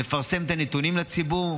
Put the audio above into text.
מפרסם נתונים לציבור,